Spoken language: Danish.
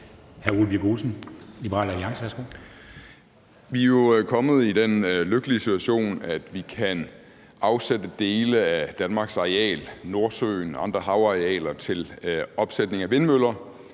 Vi er jo kommet i den lykkelige situation, at vi kan afsætte dele af Danmarks areal – Nordsøen og andre